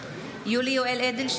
(קוראת בשמות חברי הכנסת) יולי יואל אדלשטיין,